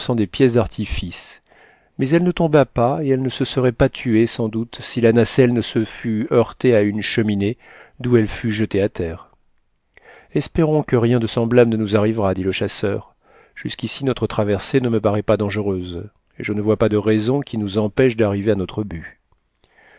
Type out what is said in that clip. des pièces d'artifice mais elle ne tomba pas et elle ne se serait pas tuée sans doute si sa nacelle ne se fût heurtée à une cheminée d'où elle fut jetée à terre espérons que rien de semblable ne nous arrivera dit le chasseur jusqu'ici notre traversée ne me parait pas dangereuse et je ne vois pas de raison qui nous empêche d'arriver à notre but